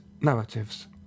narratives